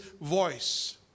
voice